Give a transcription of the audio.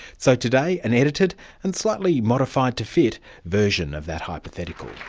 so today, an edited and slightly modified-to-fit version of that hypothetical.